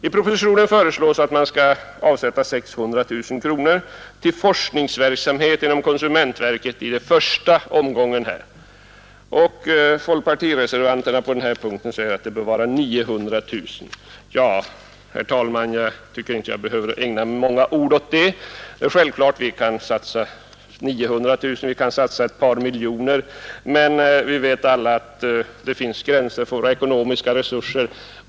I propositionen föreslås att man skall avsätta 600 000 kronor till forskningsverksamhet inom konsumentverket i första omgången. Folkpartireservanterna anser på denna punkt att beloppet bör vara 900 000 kronor. Herr talman! Jag tycker inte att jag behöver ägna många ord åt detta. Självklart kan vi satsa 900 000, vi kan satsa ett par miljoner kronor, men alla vet att det finns gränser för våra ekonomiska resurser.